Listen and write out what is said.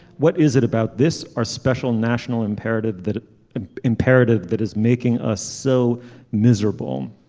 what is it about this are special national imperative that ah imperative that is making us so miserable.